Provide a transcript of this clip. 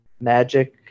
Magic